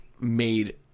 made